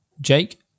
Jake